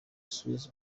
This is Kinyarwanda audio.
swizz